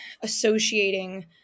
associating